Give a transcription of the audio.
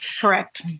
Correct